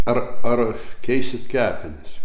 ar ar keisit kepenis